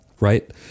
Right